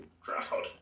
crowd